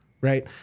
right